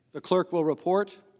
the clerk will report.